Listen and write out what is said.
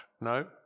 No